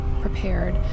prepared